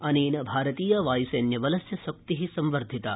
अनेन भारतीय वायुसैन्यवलस्य शक्ति संवर्धिता